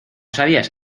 sabías